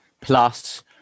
plus